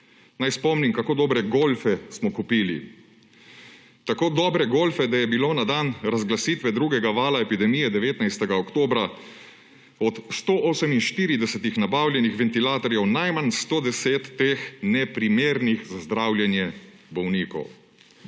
Naj spomnim, kako dobre golfe smo kupili. Tako dobre golfe, da je bilo na dan razglasitve drugega vala epidemije 19. oktobra od 148 nabavljenih ventilatorjev najmanj 110 neprimernih za zdravljenje bolnikov.